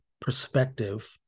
perspective